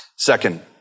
Second